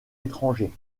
étrangers